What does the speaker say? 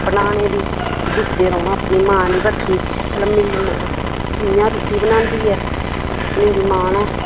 बनाने दी दिक्खदे रौह्ना अपनी मां आह्ली बक्खी भला मेरी मां कि'यां रुट्टी बनांदी ऐ मेरी मां ने